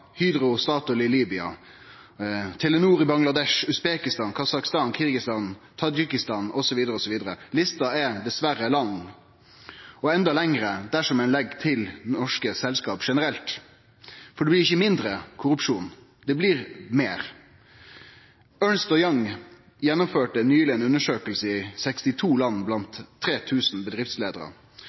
i Libya og Telenor i Bangladesh, Usbekistan, Kasakhstan, Kirgisistan og Tadsjikistan, osv. Lista er dessverre lang, og enda lengre dersom ein legg til norske selskap generelt. For det blir ikkje mindre korrupsjon, det blir meir. EY Norge – tidlegare Ernst & Young – gjennomførte nyleg ei undersøking i 62 land blant